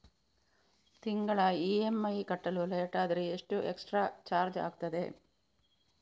ತಿಂಗಳ ಇ.ಎಂ.ಐ ಕಟ್ಟಲು ಲೇಟಾದರೆ ಎಷ್ಟು ಎಕ್ಸ್ಟ್ರಾ ಚಾರ್ಜ್ ಆಗುತ್ತದೆ?